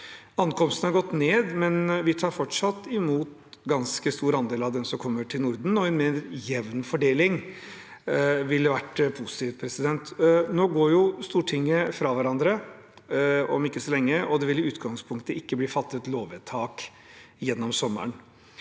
Ankomstene har gått ned, men vi tar fortsatt imot en ganske stor andel av dem som kommer til Norden, og en mer jevn fordeling ville vært positivt. Nå går jo Stortinget fra hverandre om ikke så lenge, og det vil i utgangspunktet ikke bli fattet lovvedtak gjennom sommeren.